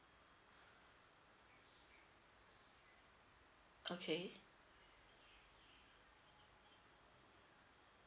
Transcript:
okay